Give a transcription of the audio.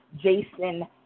Jason